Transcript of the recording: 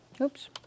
Oops